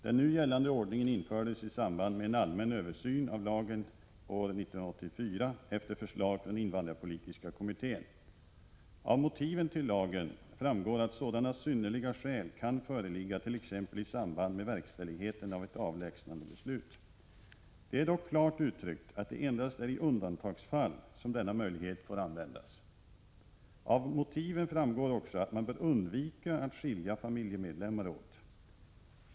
Den nu gällande ordningen infördes i samband med en allmän översyn av lagen år 1984 efter förslag från invandrarpolitiska kommittén . Av motiven till lagen framgår att sådana ”synnerliga skäl” kan föreligga t.ex. i samband med verkställigheten av ett avlägsnandebeslut. Det är dock klart uttryckt att det endast är i undantagsfall som denna möjlighet får användas. Av motiven framgår också att man bör undvika att skilja familjemedlemmar åt.